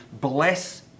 Bless